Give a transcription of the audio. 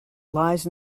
lies